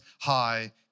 High